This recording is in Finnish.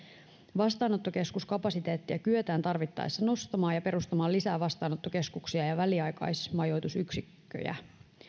vastaanottokeskuskapasiteettia kyetään tarvittaessa nostamaan ja perustamaan lisää vastaanottokeskuksia ja väliaikaismajoitusyksikköjä